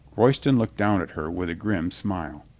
royston looked down at her with a grim smile.